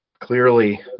clearly